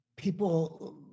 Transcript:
people